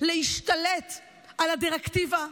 להשתלט על הדירקטיבה,